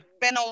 Ben